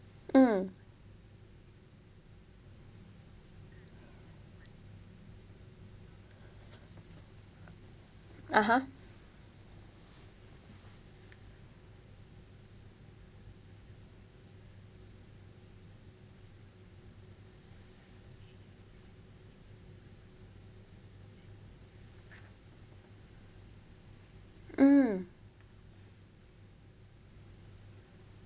mm (uh huh) mm